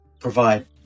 provide